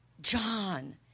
John